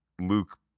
Luke